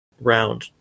round